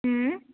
हूं